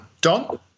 Don